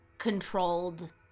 controlled